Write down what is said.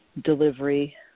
delivery